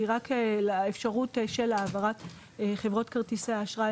היא רק לאפשרות של העברת חברות כרטיסי האשראי